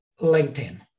LinkedIn